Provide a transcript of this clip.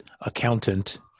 accountant